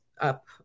up